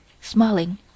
smiling